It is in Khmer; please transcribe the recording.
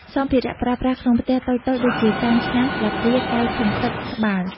សម្ភារៈប្រើប្រាស់ក្នុងផ្ទះតូចៗដូចជា ចាន ឆ្នាំង ស្លាបព្រា កែវ ធុងទឹក ត្បាល់ ។